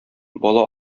бала